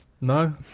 No